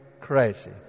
crazy